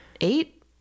eight